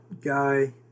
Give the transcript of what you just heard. guy